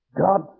God